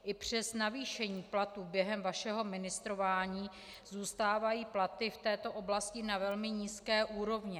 I přes navýšení platů během vašeho ministrování zůstávají platy v této oblasti na velmi nízké úrovni.